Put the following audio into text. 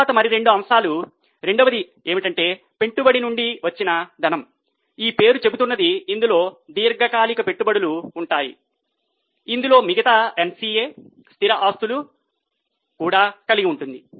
తరువాత మరి 2 అంశాలు రెండవది పెట్టుబడి నుండి వచ్చిన ధనం ఈ పేరు చెబుతున్నది ఇందులో దీర్ఘకాలిక పెట్టుబడులు ఉంటాయి ఇందులో మిగతా NCA స్థిర ఆస్తులు కూడా కలిగి ఉంటుంది